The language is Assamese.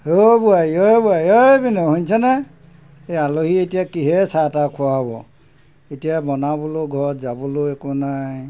এই পিনে শুনিছেনে এই আলহী এতিয়া কিহেৰে চাহ তাহ খুৱাব এতিয়া বনাবলৈ ঘৰত যাবলৈ একো নাই